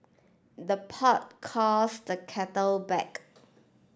the pot calls the kettle black